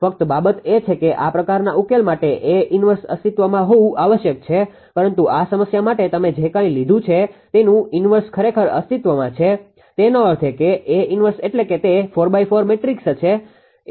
ફક્ત બાબત એ છે કે આ પ્રકારના ઉકેલ માટે A 1 અસ્તિત્વમાં હોવું આવશ્યક છે પરંતુ આ સમસ્યા માટે તમે જે કાંઈ લીધું છે તેનુ ઇન્વર્સ ખરેખર અસ્તિત્વમાં છે તેનો અર્થ એ કે A 1 એટલે કે તે 4×4 મેટ્રિક્સ હશે